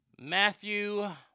Matthew